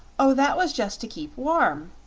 oh, that was just to keep warm,